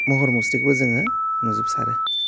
महर मुस्रिखौबो जोङो नुजोबसारो